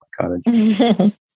cottage